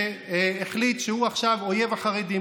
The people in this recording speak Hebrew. שהחליט שהוא עכשיו אויב החרדים,